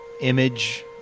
image